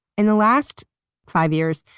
in the last five years,